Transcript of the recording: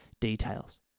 Details